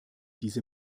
diese